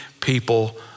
people